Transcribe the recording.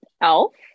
Elf